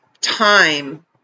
time